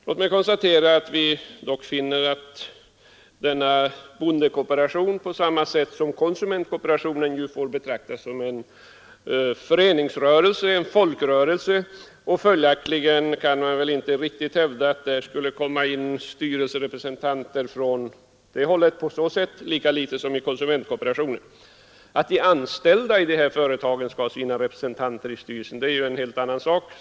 Jag konstaterar emellertid att denna bondekooperation liksom konsumentkooperationen får betraktas som en föreningsrörelse, en folkrörelse, och följaktligen kan man inte hävda att styrelserepresentanter skall komma in den vägen, lika litet som de kan göra det i konsumentkooperationen. Att de anställda i dessa företag skall ha representanter i styrelsen är en helt annan sak.